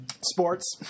sports